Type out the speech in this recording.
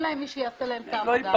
אין להם מי שיעשה להם את העבודה.